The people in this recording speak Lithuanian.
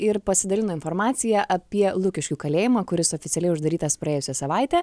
ir pasidalino informacija apie lukiškių kalėjimą kuris oficialiai uždarytas praėjusią savaitę